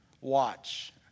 Watch